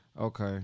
Okay